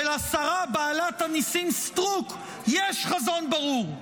ולשרה בעלת הניסים סטרוק יש חזון ברור,